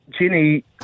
Jenny